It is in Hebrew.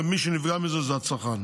ומי שנפגע מזה הוא הצרכן.